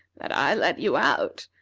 that i let you out,